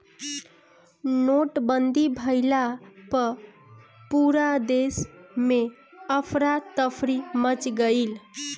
नोटबंदी भइला पअ पूरा देस में अफरा तफरी मच गईल